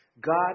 God